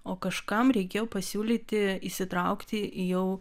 o kažkam reikėjo pasiūlyti įsitraukti į jau